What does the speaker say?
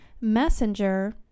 Messenger